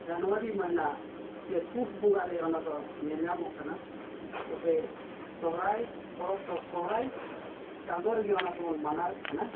ᱡᱟᱱᱣᱟᱨᱤ ᱢᱟᱹᱦᱱᱤ ᱥᱮ ᱯᱩᱥ ᱵᱚᱸᱜᱟᱨᱮ ᱯᱚᱱᱟᱫᱚ ᱧᱮᱞ ᱧᱟᱢᱚᱜ ᱠᱟᱱᱟ ᱛᱚᱵᱮ ᱥᱚᱦᱨᱟᱭ ᱯᱚᱨᱚᱵᱽ ᱫᱚ ᱥᱚᱦᱨᱟᱭ ᱪᱟᱸᱫᱳ ᱨᱮᱜᱮ ᱚᱱᱟ ᱫᱚᱵᱚᱱ ᱢᱟᱱᱟᱣᱮᱫ ᱠᱟᱱᱟ